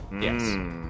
Yes